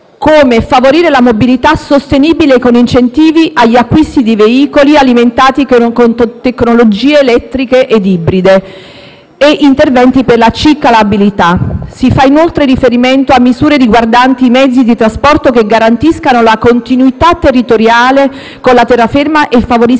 come favorire la mobilità sostenibile con incentivi agli acquisti di veicoli alimentati con tecnologie elettriche e ibride e interventi per la ciclabilità. Si fa, inoltre, riferimento a misure riguardanti i mezzi di trasporto che garantiscano la continuità territoriale con la terraferma e favoriscano il turismo.